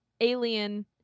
alien